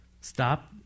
Stop